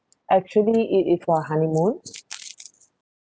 actually it is for honeymoon